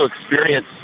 experience